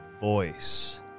voice